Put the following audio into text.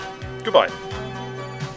Goodbye